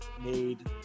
made